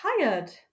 tired